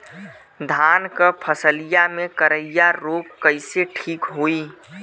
धान क फसलिया मे करईया रोग कईसे ठीक होई?